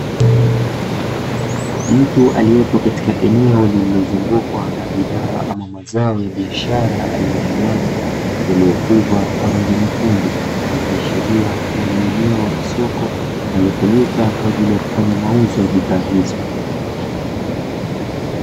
Mtu aliyepo katika eneo lililozungukwa na bidhaa ama mazao ya biashara aina ya nyanya, yaliyokwiva kwa rangi nyekundu, ikiashiria kuwa ni eneo la soko, linalotumika kwa ajili ya kufanya mauzo ya bidhaa hizo.